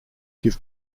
give